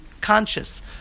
conscious